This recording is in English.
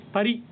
Pari